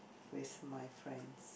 with my friends